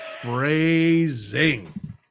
Phrasing